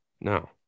No